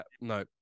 no